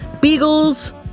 beagles